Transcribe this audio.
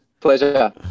Pleasure